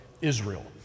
Israel